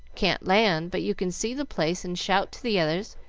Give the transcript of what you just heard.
can't land, but you can see the place and shout to the others,